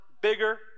bigger